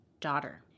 daughter